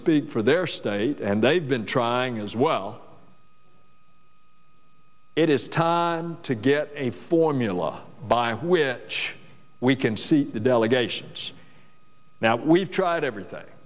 speak for their state and they've been trying as well it is time to get a formula by which we can see the delegations now we've tried everything